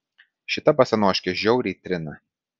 šita basanoškė žiauriai trina